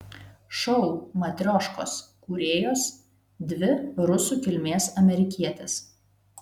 šou matrioškos kūrėjos dvi rusų kilmės amerikietės